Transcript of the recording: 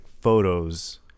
photos